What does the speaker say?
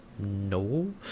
No